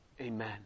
Amen